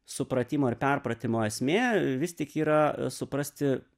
supratimo ir perpratimo esmė vis tik yra suprasti